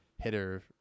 Hitter